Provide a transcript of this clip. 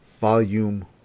volume